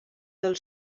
del